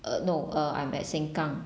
uh no uh I'm at sengkang